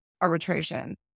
arbitration